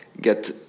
get